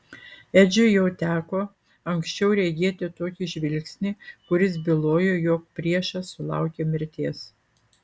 edžiui jau teko anksčiau regėti tokį žvilgsnį kuris bylojo jog priešas sulaukė mirties